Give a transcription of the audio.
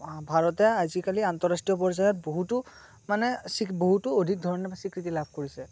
ভাৰতে আজিকালি আন্তঃৰাষ্ট্ৰীয় পৰ্যায়ত বহুতো মানে বহুতো অধিক ধৰণে স্বীকৃতি লাভ কৰিব ধৰিছে